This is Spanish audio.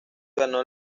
ganó